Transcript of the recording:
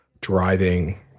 driving